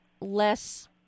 less